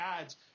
ads